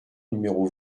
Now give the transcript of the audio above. numéro